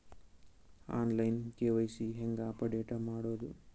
On line KYC ಹೇಂಗ update ಮಾಡೋದು?